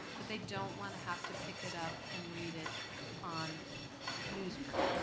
but they don't want to have to pick it up and read it on newsprint.